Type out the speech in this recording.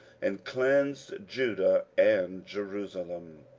and cleansed judah and jerusalem.